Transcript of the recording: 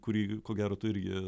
kurį ko gero tu irgi